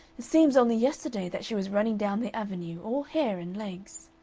it seems only yesterday that she was running down the avenue, all hair and legs.